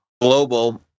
global